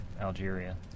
Algeria